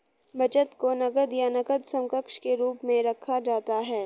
बचत को नकद या नकद समकक्ष के रूप में रखा जाता है